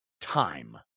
time